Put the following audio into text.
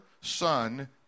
Son